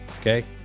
okay